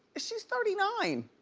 she's thirty nine.